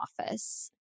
Office